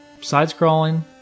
side-scrolling